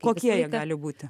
kokie jie gali būti